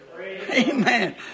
Amen